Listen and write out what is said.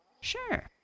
Sure